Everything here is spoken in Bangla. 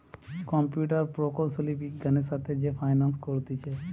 কম্পিউটার প্রকৌশলী বিজ্ঞানের সাথে যে ফাইন্যান্স করতিছে